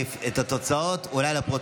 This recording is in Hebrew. אפשר, אי-אפשר להחליף את התוצאות, אולי לפרוטוקול.